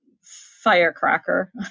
firecracker